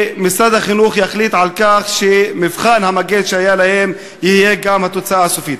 שמשרד החינוך יחליט שציון המגן שהיה להם יהיה גם התוצאה הסופית.